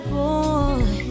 boy